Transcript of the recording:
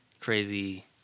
crazy